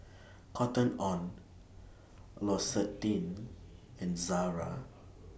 Cotton on L'Occitane and Zara